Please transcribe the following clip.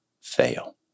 fail